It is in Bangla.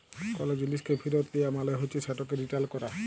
কল জিলিসকে ফিরত লিয়া মালে হছে সেটকে রিটার্ল ক্যরা